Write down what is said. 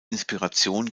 inspiration